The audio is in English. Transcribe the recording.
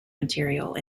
material